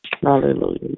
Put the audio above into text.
Hallelujah